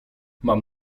mam